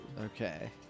Okay